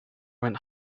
went